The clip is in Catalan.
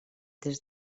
des